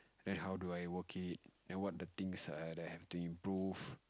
and how do I work it and what are the things I have to improve